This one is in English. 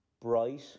bright